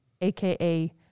AKA